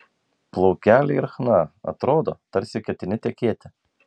plaukeliai ir chna atrodo tarsi ketini tekėti